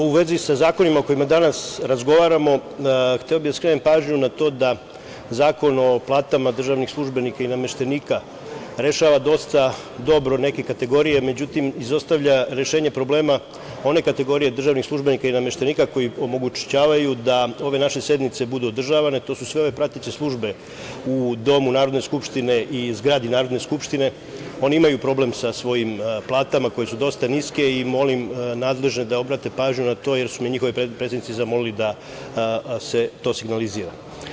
U vezi sa zakonima o kojima danas razgovaramo, hteo bih da skrenem pažnju na to da Zakon o platama državnih službenika i nameštenika, rešava dosta dobro neke kategorije, međutim, izostavlja rešenje problema one kategorije državnih službenika i nameštenika koji omogućavaju da ove naše sednice budu održavane, to su se ove prateće službe u domu Narodne skupštine i zgradi Narodne skupštine, oni imaju problem sa svojim platama koje su dosta niske i molim nadležne da obrate pažnju na to jer su me njihovi predstavnici zamoli da se to signalizira.